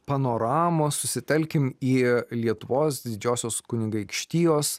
panoramos susitelkim į lietuvos didžiosios kunigaikštijos